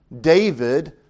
David